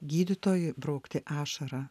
gydytojui braukti ašarą